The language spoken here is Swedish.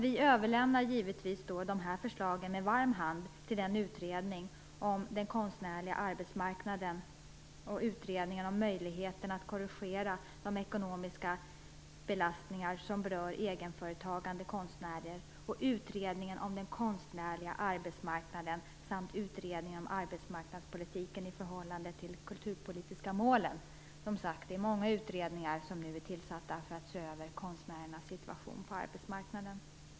Vi överlämnar med varm hand förslagen till utredningen om den konstnärliga arbetsmarknaden, utredningen om möjligheterna att korrigera de ekonomiska belastningar som berör egenföretagande konstnärer, utredningen om den konstnärliga arbetsmarknaden och utredningen om arbetsmarknadspolitiken i förhållande till de kulturpolitiska målen. Det är som sagt många utredningar som nu är tillsatta för att se över konstnärernas situation på arbetsmarknaden.